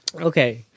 Okay